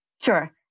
Sure